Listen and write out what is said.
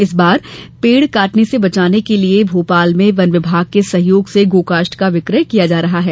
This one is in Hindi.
इस बार पेड काटने से बचाने के लिए भोपाल में वन विभाग के सहयोग से गो कास्ठ का विकय किया जा रहा है